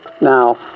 Now